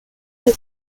pour